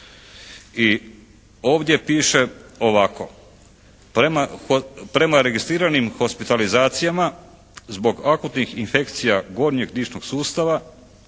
ovdje piše ovako: